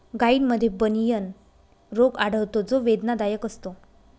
गायींमध्ये बनियन रोग आढळतो जो वेदनादायक असतो